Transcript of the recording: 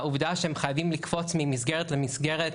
העובדה שהם חייבים לקפוץ ממסגרת למסגרת,